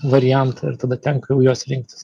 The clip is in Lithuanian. variantą ir tada tenka jau juos rinktis